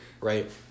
Right